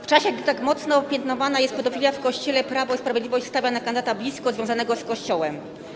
W czasie, gdy tak mocno piętnowana jest pedofilia w Kościele, Prawo i Sprawiedliwość stawia na kandydata blisko związanego z Kościołem.